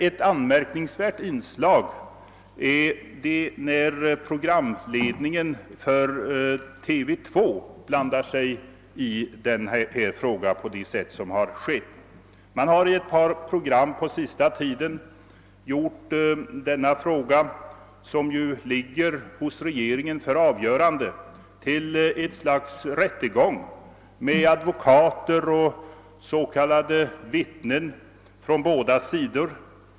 Ett anmärkningsvärt inslag är det emellertid när programledningen för TV 2 blandar sig i den här frågan på det sätt som skett. TV 2 har under den senaste tiden i ett par program gjort denna fråga, som ligger hos regeringen för avgörande, till föremål för ett slags rättegång med advokater och s.k. vittnen från båda sidor.